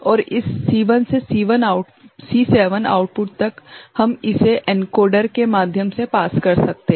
और इस C1 से C7 आउटपुट तक हम इसे एनकोडर के माध्यम से पास कर सकते हैं